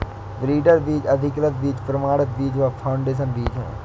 breeder बीज, अधिकृत बीज, प्रमाणित बीज व फाउंडेशन बीज है